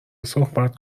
صحبت